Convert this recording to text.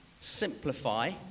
simplify